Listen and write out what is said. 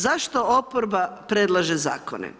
Zašto oporba predlaže zakone?